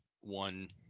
one